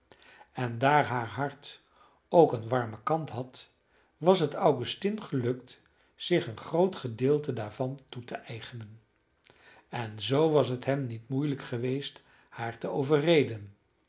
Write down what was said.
en daar haar hart ook een warmen kant had was het augustine gelukt zich een groot gedeelte daarvan toe te eigenen en zoo was het hem niet moeielijk geweest haar te overreden